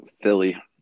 Philly